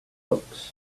looks